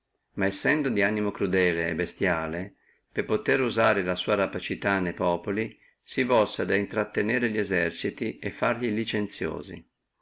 ma sendo danimo crudele e bestiale per potere usare la sua rapacità ne populi si volse ad intrattenere li eserciti e farli licenziosi